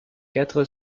quatre